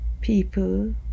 People